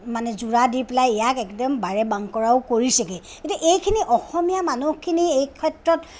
মানে যোৰা দি পেলাই ইয়াক একদম বাৰেবাংকৰাও কৰিছেগৈ গতিকে এইখিনি অসমীয়া মানুহখিনি এইক্ষেত্ৰত